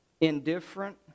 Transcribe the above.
indifferent